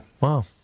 wow